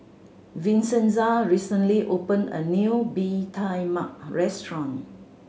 Vincenza recently opened a new Bee Tai Mak restaurant